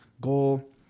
goal